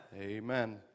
Amen